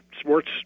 sports